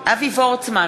אבי וורצמן,